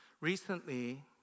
recently